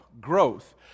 growth